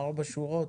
ארבע שורות,